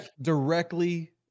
directly